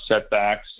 setbacks